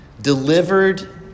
Delivered